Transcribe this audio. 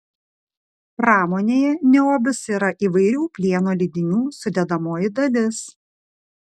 pramonėje niobis yra įvairių plieno lydinių sudedamoji dalis